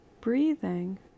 Breathing